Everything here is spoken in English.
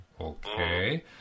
okay